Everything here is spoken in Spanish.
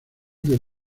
del